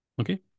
Okay